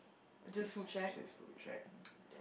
says it says food shack